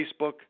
Facebook